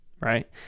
right